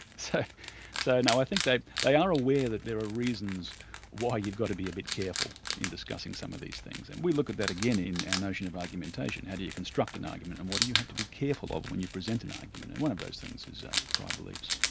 so so no, i think they they are aware that there are reasons why you've got to be a bit careful in discussing some of these things. and we look at that again in our and notion of argumentation, how do you construct an argument, and what do you have to be careful of when you present an argument, and one of those things is ah prior beliefs.